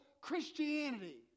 Christianity